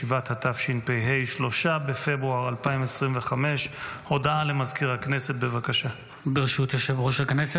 ז' בשבט התשפ"ה / 3 5 בפברואר 2025 / 15 חוברת ט"ו ישיבה רנ"ב